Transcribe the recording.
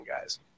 guys